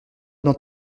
dans